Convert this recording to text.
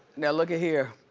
now look at here.